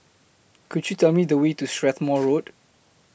Could YOU Tell Me The Way to Strathmore Road